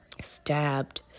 Stabbed